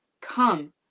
come